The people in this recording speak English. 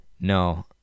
no